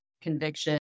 conviction